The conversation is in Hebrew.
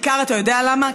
אתה יודע למה?